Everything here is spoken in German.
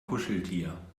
kuscheltier